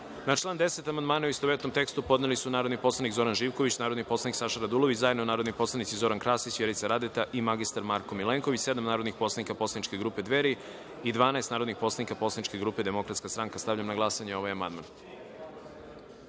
član 24. amandmane, u istovetnom tekstu, podneli su narodni poslanik Zoran Živković, narodni poslanik Saša Radulović, zajedno narodni poslanici Zoran Krasić, Vjerica Radeta i Nataša Jovanović, sedam narodnih poslanik poslaničke grupe Dveri i 12 narodnih poslanika poslaničke grupe Demokratska stranka. Stavljam na glasanje ovaj